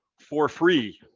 for free!